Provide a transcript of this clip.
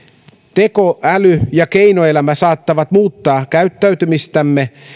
tekoäly ja keinoelämä saattavat muuttaa käyttäytymistämme